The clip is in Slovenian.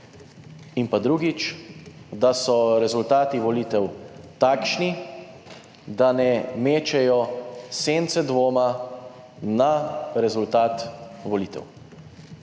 in pa drugič, da so rezultati volitev takšni, da ne mečejo sence dvoma na rezultat volitev.